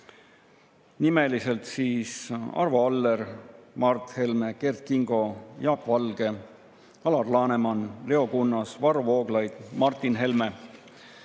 kolleegidega – Arvo Aller, Mart Helme, Kert Kingo, Jaak Valge, Alar Laneman, Leo Kunnas, Varro Vooglaid, Martin Helme